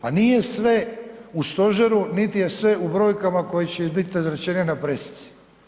A nije sve u stožeru niti je sve u brojkama koje će biti izrečene na pressici.